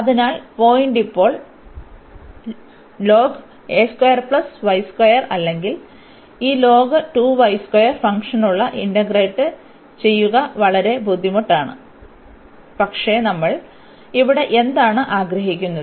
അതിനാൽ പോയിന്റ് ഇപ്പോൾ അല്ലെങ്കിൽ ഈ ഫംഗ്ഷനുകളെ ഇന്റഗ്രേറ്റ് ചെയ്യുക വളരെ ബുദ്ധിമുട്ടാണ് പക്ഷേ നമ്മൾ ഇവിടെ എന്താണ് ആഗ്രഹിക്കുന്നത്